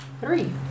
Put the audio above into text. Three